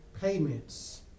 payments